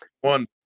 one